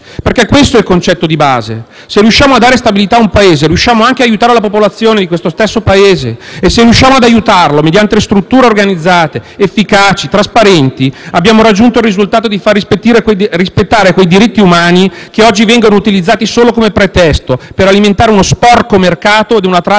perché questo è il concetto di base. Se riusciamo a dare stabilità ad un Paese, riusciamo anche ad aiutare la popolazione in questo stesso Paese e se riusciamo ad aiutarlo mediante strutture organizzate, efficaci e trasparenti, abbiamo raggiunto il risultato di far rispettare quei diritti umani che oggi vengono utilizzati solo come pretesto per alimentare uno sporco mercato ed una tratta